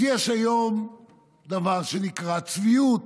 אז יש היום דבר שנקרא צביעות.